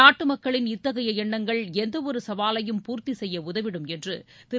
நாட்டு மக்களின் இத்தகைய எண்ணங்கள் எந்தவொரு சவாலையும் பூர்த்தி செய்ய உதவிடும் என்று திரு